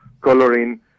coloring